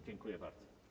Dziękuję bardzo.